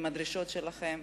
עם הדרישות שלכם.